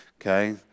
Okay